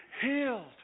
healed